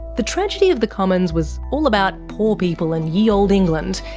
the tragedy of the commons was all about poor people in ye olde england,